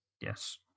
Yes